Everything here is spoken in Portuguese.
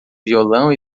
violão